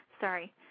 Sorry